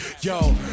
Yo